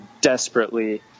desperately